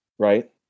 Right